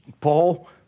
Paul